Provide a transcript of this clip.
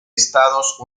estados